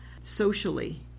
Socially